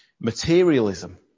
materialism